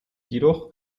jedoch